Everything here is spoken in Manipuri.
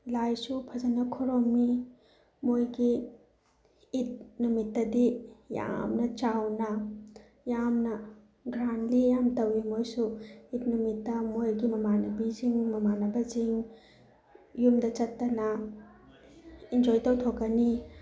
ꯂꯥꯏꯁꯨ ꯐꯖꯅ ꯈꯣꯏꯔꯝꯃꯤ ꯃꯣꯏꯒꯤ ꯏꯠ ꯅꯨꯃꯤꯠꯇꯗꯤ ꯌꯥꯝꯅ ꯆꯥꯎꯅ ꯌꯥꯝꯅ ꯒ꯭ꯔꯥꯟꯂꯤ ꯌꯥꯝ ꯇꯧꯏ ꯃꯣꯏꯁꯨ ꯏꯠ ꯅꯨꯃꯤꯠꯇ ꯃꯣꯏꯒꯤ ꯃꯃꯥꯟꯅꯕꯤꯁꯤꯡ ꯃꯃꯥꯟꯅꯕꯁꯤꯡ ꯌꯨꯝꯗ ꯆꯠꯇꯅ ꯏꯟꯖꯣꯏ ꯇꯧꯊꯣꯛꯀꯅꯤ